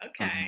Okay